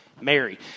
Mary